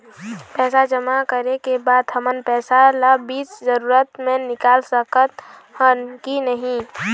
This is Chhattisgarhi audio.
पैसा जमा करे के बाद हमन पैसा ला बीच जरूरत मे निकाल सकत हन की नहीं?